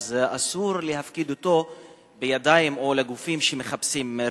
אז אסור להפקיד אותו בידיים או לגופים שמחפשים רווח,